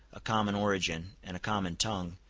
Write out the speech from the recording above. a common origin, and a common tongue,